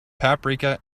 paprika